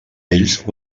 ells